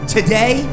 Today